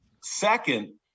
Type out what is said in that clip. Second